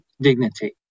dignity